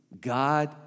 God